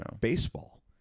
baseball